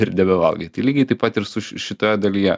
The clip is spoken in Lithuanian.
ir nebevalgai tai lygiai taip pat ir su su šita dalyje